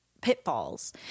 pitfalls